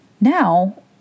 Now